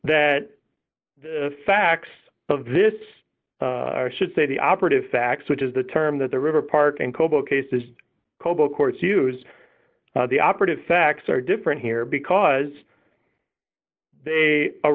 the facts of this should say the operative facts which is the term that the river park and kobo cases kobo courts used the operative facts are different here because they